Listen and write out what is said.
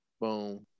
Boom